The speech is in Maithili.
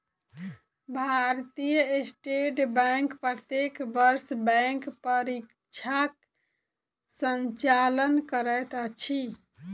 भारतीय स्टेट बैंक प्रत्येक वर्ष बैंक परीक्षाक संचालन करैत अछि